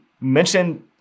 mention